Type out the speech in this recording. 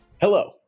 Hello